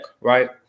right